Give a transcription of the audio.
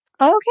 Okay